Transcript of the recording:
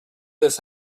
this